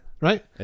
Right